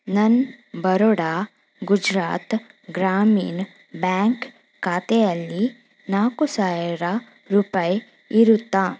ನನ್ನ ಬರೋಡಾ ಗುಜರಾತ್ ಗ್ರಾಮೀಣ್ ಬ್ಯಾಂಕ್ ಖಾತೆಯಲ್ಲಿ ನಾಲ್ಕು ಸಾವಿರ ರೂಪಾಯಿ ಇರುತ್ತಾ